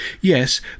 Yes